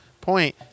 point